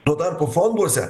tuo tarpu fonduose